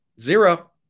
zero